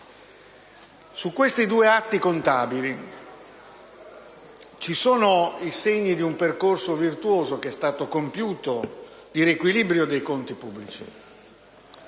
Su questi due atti contabili ci sono i segni di un percorso virtuoso di riequilibrio dei conti pubblici,